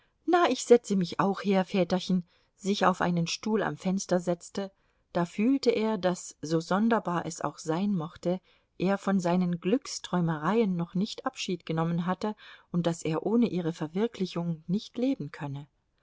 na ich setze mich auch her väterchen sich auf einen stuhl am fenster setzte da fühlte er daß so sonderbar es auch sein mochte er von seinen glücksträumereien noch nicht abschied genommen hatte und daß er ohne ihre verwirklichung nicht leben könne